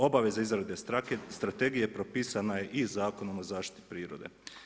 Obaveza izrade strategije propisana je i Zakonom o zaštiti prirode.